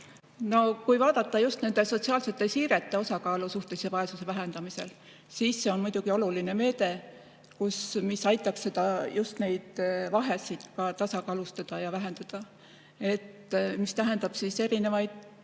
Kui vaadata just nende sotsiaalsete siirete osakaalu suhtelise vaesuse vähendamisel, siis see on muidugi oluline meede, mis aitaks just neid vahesid ka tasakaalustada ja vähendada. See tähendaks ikkagi erinevaid